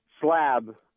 slab